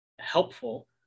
helpful